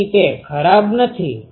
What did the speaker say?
તેથી તે ખરાબ નથી